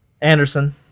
Anderson